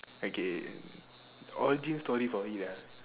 okay origin story for me lah